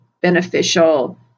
beneficial